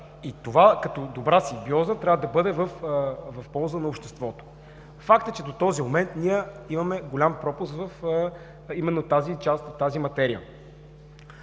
и това, като добра симбиоза, трябва да бъде в полза на обществото. Факт е, че до този момент ние имаме голям пропуск именно в тази част, в тази материя.